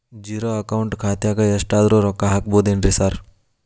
Zero account ಖಾತ್ಯಾಗ ಎಷ್ಟಾದ್ರೂ ರೊಕ್ಕ ಹಾಕ್ಬೋದೇನ್ರಿ ಸಾರ್?